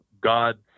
God